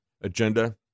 agenda